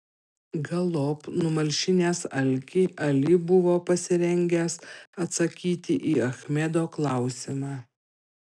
galop numalšinęs alkį ali buvo pasirengęs atsakyti į achmedo klausimą